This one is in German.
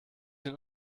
den